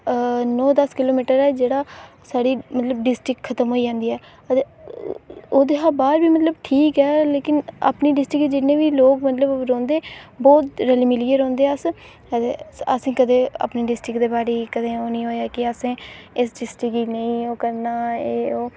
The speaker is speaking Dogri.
नौ दस्स किलोमीटर ऐ जेह्ड़ा साढ़ी डिस्ट्रिक्ट खत्म होई जंदी ऐ ते ओह्दे कोला बाद ई मतलब ठीक ऐ लेकिन अपनी डिस्ट्रिक्ट दे जिन्ने लोक बी मतलब रौंहदे बहोत रली मिलियै रौंहदे अस ते अस कदें अपनी डिस्ट्रिक्ट दे बारै ई ओह् निं होआ कदें जे असें कदें इस चीज़ गी नेईं ओह् करना कदें